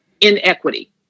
inequity